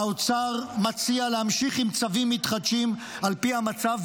האוצר מציע להמשיך עם צווים מתחדשים על פי המצב,